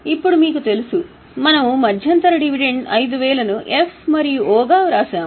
ఇప్పుడు మీకు తెలుసు మనము మధ్యంతర డివిడెండ్ 5000 ను F మరియు O గా వ్రాసాము